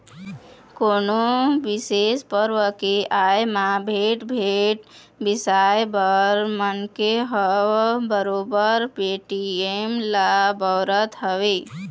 कोनो बिसेस परब के आय म भेंट, भेंट बिसाए बर मनखे ह बरोबर पेटीएम ल बउरत हवय